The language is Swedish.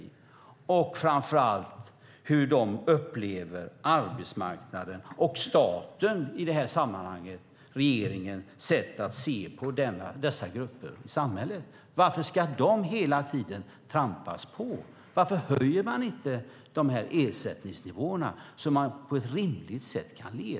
Det gäller framför allt hur de upplever arbetsmarknaden och staten i det här sammanhanget och regeringens sätt att se på dessa grupper i samhället. Varför ska de hela tiden trampas på? Varför höjer man inte ersättningsnivåerna så att folk kan leva på ett rimligt sätt?